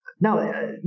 Now